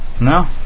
No